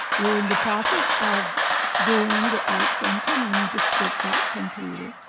we're in the process of doing the art center. we will need to get that completed.